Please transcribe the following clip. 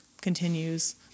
continues